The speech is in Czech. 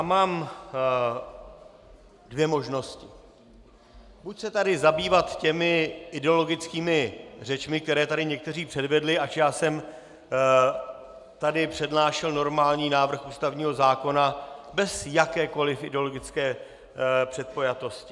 Mám dvě možnosti: Buď se tu zabývat ideologickými řečmi, které tu někteří předvedli, ač já jsem tady přednášel normální návrh ústavního zákona bez jakékoli ideologické předpojatosti.